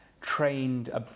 trained